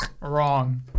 Wrong